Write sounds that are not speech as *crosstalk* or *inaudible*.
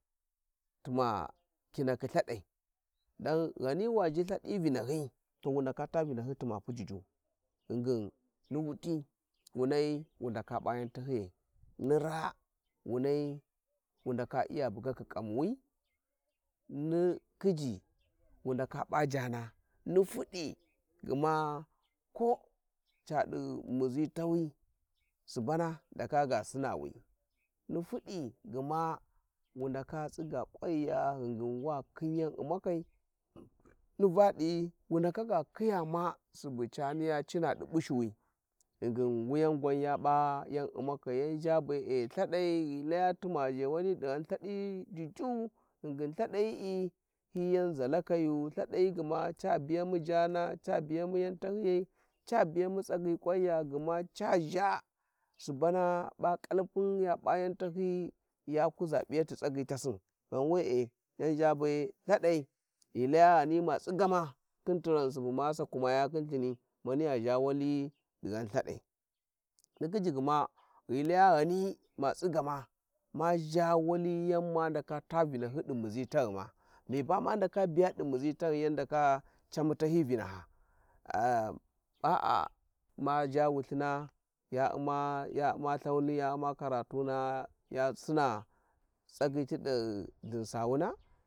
﻿Tuma kinakhi Ithada, don, ghani los ji Lehadı vinahyi to wu ndaks ta vinahy! tums pu juju ghingin ni vouti warna wundsta pia yan tahyıyçi, ni ráa wurai *noise* wyndska ya bugakni kanusi ni khiji wu ndaka pia jaana ni fuditão ca de muzi taws subans ndaka ga singwi, ni fudi goms wu ndales tsiga kwanya ghingin Wakhin yan umskai *noise* ni Valthi wundaks ga khijs ma suby cani ya cing di bushisui, ghingin wuyon gwin ya p'a yan uimaai Jan zua bé'e Ithadai ghi gys temp The wali dighan Ithadi jiju ghingin Ithadayi'i the yan zalakayu lthayı a biyami jaans biyamy gma yan tahyıyai ca biyami tsagyi kwanya. gma ca zha subang kalpun p'a yan tahyiyi ya kuza piyah tsagyi tasin ghan we`e *noise* yan gha be Ithadai ghi laya ghani matsigama khin tiran suby ms sakymaya khin Ithini manija zha wali dighan Ithadai nichij, ghi laya ghani ma tsigama ma gha wali yan ma ndaka ta vinahyi di muzi taghuma, mi ba ma ndaka biya di muzi taghuma yan ndaka camu tshyi vinaka ah a`a ma zha wulthina ya u'ma ya u`ma lthau ni ya u'ma karatuna ya sina tsigyi tidi thinsawuna.